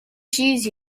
cheese